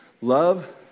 love